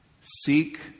Seek